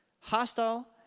hostile